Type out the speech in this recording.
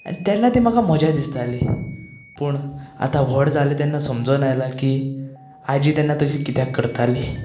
तेन्ना ती म्हाका मजा दिसताली पूण आता व्हड जालें तेन्ना समजोन आयलां की आजी तेन्ना तशी कित्याक करताली